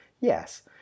Yes